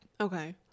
Okay